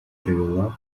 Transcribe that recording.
провела